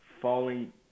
falling